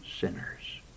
sinners